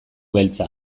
beltza